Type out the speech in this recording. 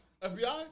FBI